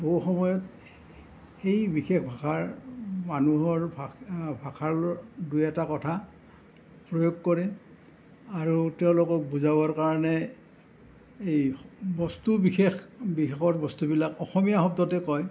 বহু সময়ত সেই বিশেষ ভাষাৰ মানুহৰ ভা ভাষাৰ দুই এটা কথা প্ৰয়োগ কৰে আৰু তেওঁলোকক বুজাবৰ কাৰণে এই বস্তু বিশেষ বিশেষৰ বস্তুবিলাক অসমীয়া শব্দতেই কয়